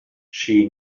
she